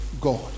God